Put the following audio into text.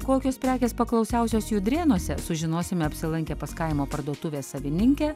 kokios prekės paklausiausios judrėnuose sužinosime apsilankę pas kaimo parduotuvės savininkę